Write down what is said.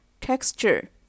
texture